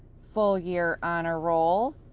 full year honor roll,